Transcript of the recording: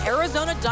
Arizona